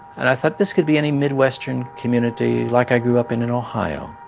and i thought, this could be any midwestern community like i grew up in in ohio